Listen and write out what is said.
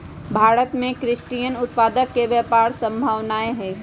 भारत में क्रस्टेशियन उत्पादन के अपार सम्भावनाएँ हई